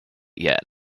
yet